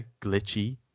glitchy